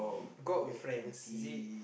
go out with friend is it